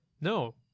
no